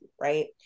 Right